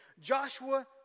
Joshua